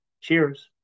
Cheers